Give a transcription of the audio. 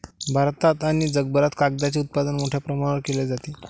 भारतात आणि जगभरात कागदाचे उत्पादन मोठ्या प्रमाणावर केले जाते